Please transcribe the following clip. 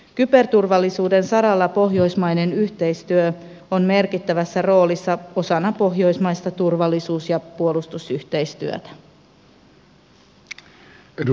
kyberturvallisuuden saralla pohjoismainen yhteistyö on merkittävässä roolissa osana pohjoismaista turvallisuus ja puolustusyhteistyötä